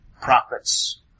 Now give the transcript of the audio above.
prophets